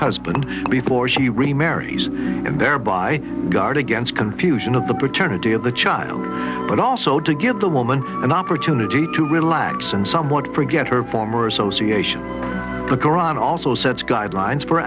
husband before she remarries and thereby guard against confusion of the paternity of the child but also to give the woman an opportunity to relax and somewhat forget her former association the koran also sets guidelines for